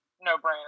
no-brainer